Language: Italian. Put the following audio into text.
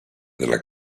della